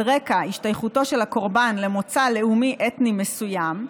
על רקע השתייכותו של הקורבן למוצא לאומי אתני מסוים,